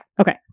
Okay